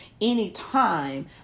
anytime